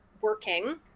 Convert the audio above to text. working